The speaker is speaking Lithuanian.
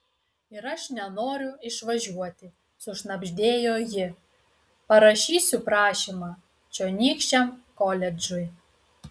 ir aš nenoriu išvažiuoti sušnabždėjo ji parašysiu prašymą čionykščiam koledžui